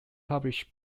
published